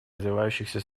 развивающихся